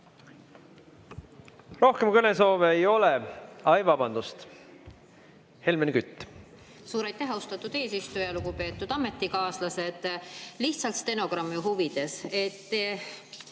Rohkem kõnesoove ei ole. Ai, vabandust! Helmen Kütt. Suur aitäh, austatud eesistuja! Lugupeetud ametikaaslased! Lihtsalt stenogrammi huvides.